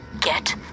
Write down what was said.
Get